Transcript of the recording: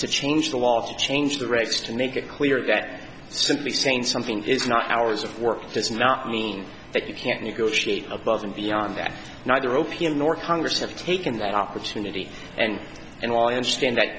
to change the law to change the regs to make it clear that simply saying something is not hours of work does not mean that you can't negotiate above and beyond that neither opium nor congress have taken that opportunity and and while i understand that